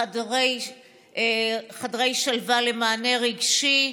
חדרי שלווה למענה רגשי,